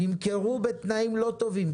נמכרו בתנאים לא טובים,